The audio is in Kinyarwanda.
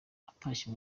atashye